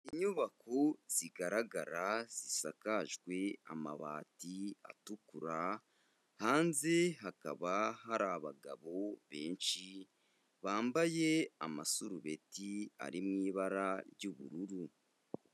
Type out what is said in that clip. Inyubako zigaragara zisakajwe amabati atukura, hanze hakaba hari abagabo benshi bambaye amasurubeti ari mu ibara ry'ubururu.